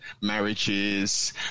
marriages